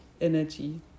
energy